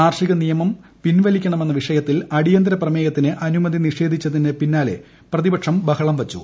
കാർഷിക നിയമം പിൻവലിക്കണമെന്ന വിഷയത്തിൽ അടിയന്തരപ്രമേയത്തിന് അനുമതി നിഷേധിച്ചതിന് പിന്നാലെ പ്രതിപക്ഷം ബഹളം വച്ചു